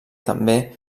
també